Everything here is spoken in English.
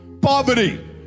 poverty